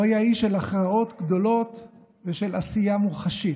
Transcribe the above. הוא היה איש של הכרעות גדולות ושל עשייה מוחשית.